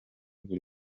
buri